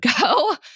go